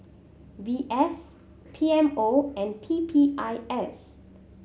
V S P M O and P P I S